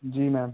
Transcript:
जी ma'am